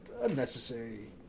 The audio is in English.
unnecessary